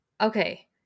okay